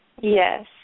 Yes